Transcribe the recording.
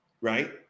right